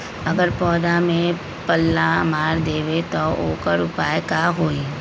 अगर पौधा में पल्ला मार देबे त औकर उपाय का होई?